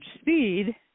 speed